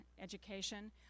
education